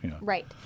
Right